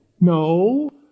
No